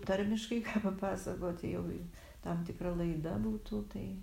tarmiškai ką papasakoti jau tam tikra laida būtų tai